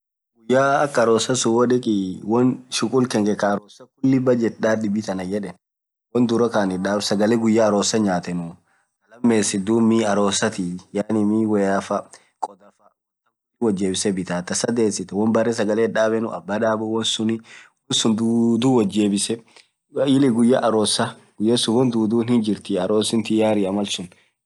Guyya akaa arossa suun woo dhekii won shughul Kankeee Kaa arossa khuli bajeth dhadhi bidhii anan yedhn won dhura Kaa anin ith dhab sagale guyya arossa nyathenu thaa lammesithu dhub Mii arosathi yaani miii woyya faa khodafaa khuli woth jebiyee bithaa thaa sadhesithu won berre sagale ithdabenu abba dhabbu wonsun dhudhu wonth jebise ilii guyya arossa guyyasun won dhudhu hinjirthii arossin tayaria malsun